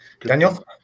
Daniel